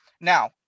now